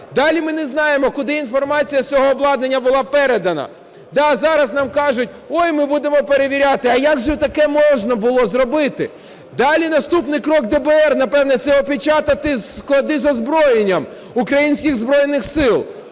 Далі, ми не знаємо, куди інформація з цього обладнання була передана. Да, зараз нам кажуть – "ой, ми будемо перевіряти". А як же таке можна було зробити? Далі, наступний крок ДБР, напевно, – це опечатати склади з озброєнням український Збройних Сил,